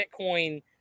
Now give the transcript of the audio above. Bitcoin